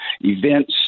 events